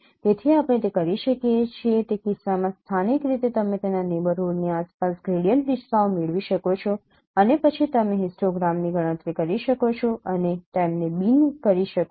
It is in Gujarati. તેથી આપણે તે કરી શકીએ છીએ તે કિસ્સામાં સ્થાનિક રીતે તમે તેના નેબરહૂડની આસપાસ ગ્રેડિયન્ટ દિશાઓ મેળવી શકો છો અને પછી તમે હિસ્ટોગ્રામની ગણતરી કરી શકો છો અને તેમને બીન કરી શકો છો